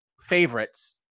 favorites